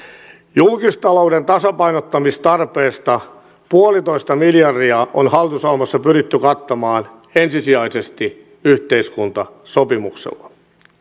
julkistalouden tasapainottamistarpeesta puolitoista miljardia on hallitusohjelmassa pyritty kattamaan ensisijaisesti yhteiskuntasopimuksella